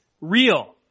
real